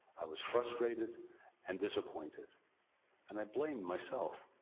i was frustrated and disappointed and i blamed myself.